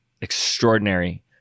extraordinary